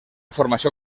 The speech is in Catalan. formació